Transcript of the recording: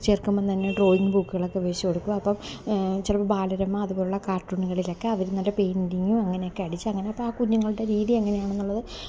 ചേർക്കുമ്പോള് തന്നെ ഡ്രോയിങ് ബുക്കുകളൊക്കെ വേടിച്ചുകൊടുക്കും അപ്പോള് ചിലപ്പോള് ബാലരമ അതുപോലുള്ള കാർട്ടൂണുകളിലൊക്കെ അവര് നല്ല പെയിൻറ്റിങ്ങ് അങ്ങനെയൊക്കെ അടിച്ച് അങ്ങനെയപ്പോള് കുഞ്ഞുങ്ങളുടെ രീതിയെങ്ങനെയാണെന്നുള്ളത്